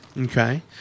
Okay